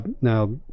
Now